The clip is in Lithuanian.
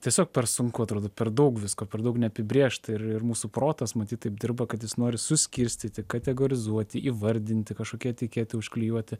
tiesiog per sunku atrodo per daug visko per daug neapibrėžta ir ir mūsų protas matyt taip dirba kad jis nori suskirstyti kategorizuoti įvardinti kažkokią etiketę užklijuoti